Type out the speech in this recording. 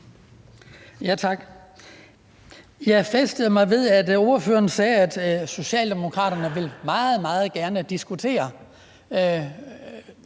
Jeg hæftede mig ved, at ordføreren sagde, at Socialdemokraterne meget, meget gerne vil diskutere